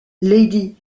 lady